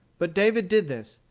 but david did this.